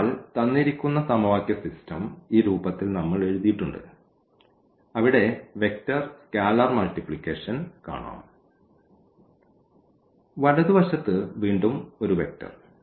അതിനാൽ തന്നിരിക്കുന്ന സമവാക്യ സിസ്റ്റം ഈ രൂപത്തിൽ നമ്മൾ എഴുതിയിട്ടുണ്ട് അവിടെ വെക്റ്റർ സ്കാലർ മൾട്ടിപ്ലിക്കേഷൻ കാണാം വലതുവശത്ത് വീണ്ടും ഒരു വെക്റ്റർ